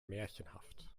märchenhaft